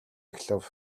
эхлэв